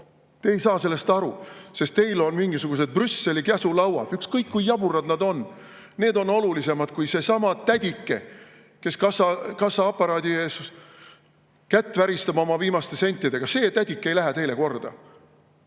Te ei saa sellest aru, sest teil on mingisugused Brüsseli käsulauad, ükskõik kui jaburad need on, need on olulisemad kui seesama tädike, kes kassaaparaadi ees kätt väristab oma viimaste sentidega. See tädike ei lähe teile korda.